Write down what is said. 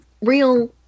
real